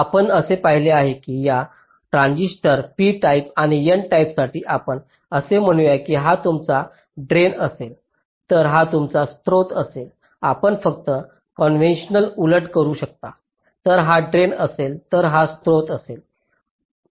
आपण असे पाहिले आहे या 2 ट्रान्झिस्टर p टाइप आणि n टाइपसाठी आपण असे म्हणूया की हा तुमचा ड्रेन असेल तर हा तुमचा स्रोत असेल आपण फक्त कॉन्व्हेंशन उलट करू शकता जर हा ड्रेन असेल तर हा स्त्रोत आहे